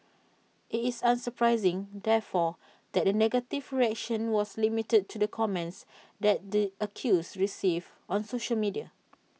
IT is unsurprising therefore that the negative reaction was limited to the comments that the accused received on social media